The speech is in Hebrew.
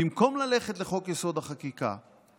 במקום ללכת לחוק-יסוד: החקיקה,